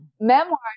memoir